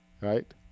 right